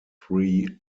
three